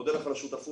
מודה לך על השותפות,